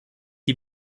die